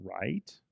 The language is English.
Right